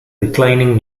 reclining